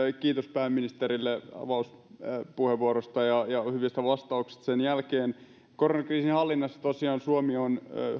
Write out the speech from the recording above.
kiitos pääministerille avauspuheenvuorosta ja hyvistä vastauksista sen jälkeen koronakriisin hallinnassa tosiaan suomi on